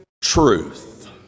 Truth